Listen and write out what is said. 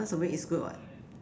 once a week is good [what]